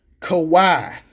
Kawhi